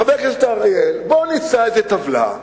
חבר הכנסת אריאל, בוא נמצא איזו טבלה,